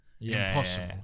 impossible